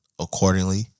accordingly